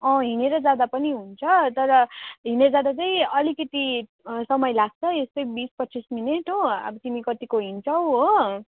अँ हिँडेर जाँदा पनि हुन्छ तर हिँडेर जाँदा चाहिँ अलिकति समय लाग्छ यस्तै बिस पच्चिस मिनेट हो अब तिमी कतिको हिड्छौ हो